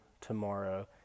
tomorrow